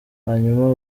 hanyuma